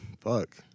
fuck